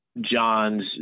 John's